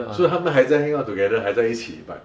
so 他们还在 hang out together 还在一起 but